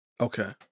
Okay